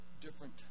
different